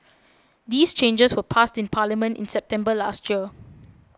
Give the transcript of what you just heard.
these changes were passed in Parliament in September last year